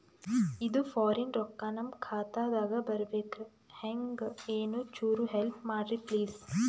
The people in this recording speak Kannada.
ಇದು ಫಾರಿನ ರೊಕ್ಕ ನಮ್ಮ ಖಾತಾ ದಾಗ ಬರಬೆಕ್ರ, ಹೆಂಗ ಏನು ಚುರು ಹೆಲ್ಪ ಮಾಡ್ರಿ ಪ್ಲಿಸ?